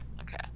Okay